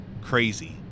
crazy